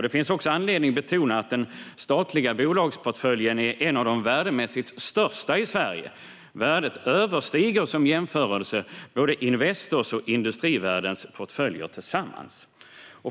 Det finns också anledning att betona att den statliga bolagsportföljen är en av de värdemässigt största i Sverige. Värdet överstiger, som jämförelse, Investors och Industrivärdens totala portföljer tillsammans.